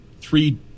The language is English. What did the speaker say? three